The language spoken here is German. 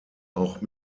auch